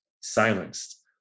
silenced